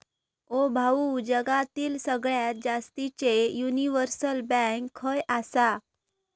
ओ भाऊ, जगातली सगळ्यात जास्तीचे युनिव्हर्सल बँक खय आसा